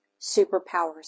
superpowers